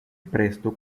presto